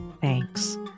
thanks